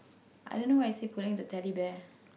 I don't know why is he pulling the Teddy Bear